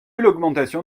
l’augmentation